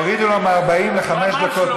הורידו לו מ-40 לחמש דקות,